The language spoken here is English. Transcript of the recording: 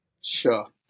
Sure